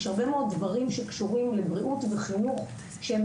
יש הרבה מאוד דברים שקשורים לבריאות וחינוך שהם